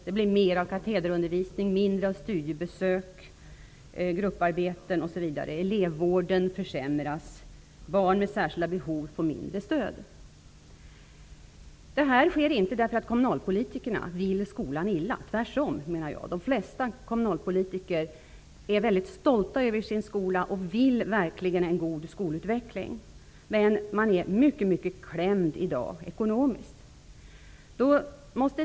Det blir mer av katederundervisning och mindre av studiebesök, grupparbeten osv. Elevvården försämras, och barn med särskilda behov får mindre stöd. Detta sker inte därför att kommunalpolitikerna vill skolan illa. Tvärtom, menar jag. De flesta kommunalpolitiker är väldigt stolta över sin skola och önskar verkligen en god skolutveckling. Men de är i dag mycket klämda ekonomiskt.